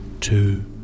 two